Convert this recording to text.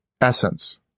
essence